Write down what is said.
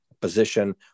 position